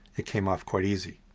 it came off quite easy.